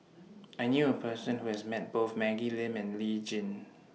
I knew A Person Who has Met Both Maggie Lim and Lee Tjin